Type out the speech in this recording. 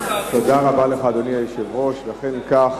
אדוני היושב-ראש, תודה רבה לך,